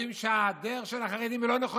סבורים שהדרך של החרדים היא לא נכונה,